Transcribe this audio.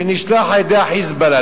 שנשלח על-ידי ה"חיזבאללה",